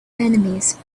enemies